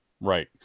Right